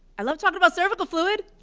i love talking about cervical fluid.